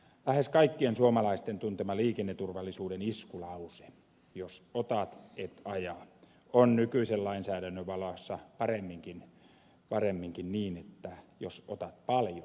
lähes kaikkien suomalaisten tuntema liikenneturvallisuuden iskulause jos otat et aja on nykyisen lainsäädännön valossa paremminkin niin että jos otat paljon et aja